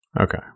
Okay